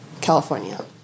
California